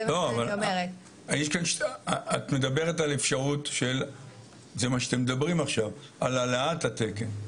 אתם מדברים עכשיו על העלאת התקן.